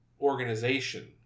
organization